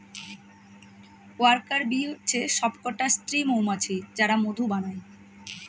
worker bee হচ্ছে সবকটা স্ত্রী মৌমাছি যারা মধু বানায়